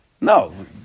No